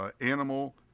animal